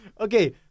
Okay